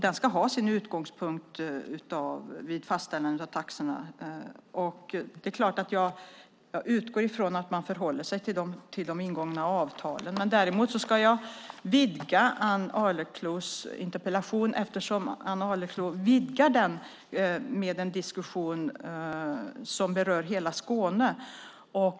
Den ska vara utgångspunkt vid fastställandet av taxorna, och jag utgår från att man förhåller sig till ingångna avtal. Jag ska vidga debatten eftersom Ann Arleklo vidgar sin interpellation med en diskussion som berör hela Skåne.